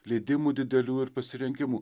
leidimų didelių ir pasirengimų